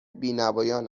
بینوایان